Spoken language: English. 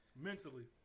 mentally